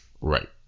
Right